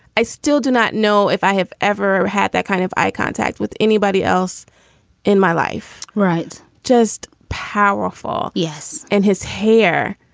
i still do not know if i have ever had that kind of eye contact with anybody else in my life. right. just powerful. yes. and his hair.